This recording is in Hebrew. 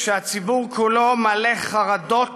כשהציבור כולו מלא חרדות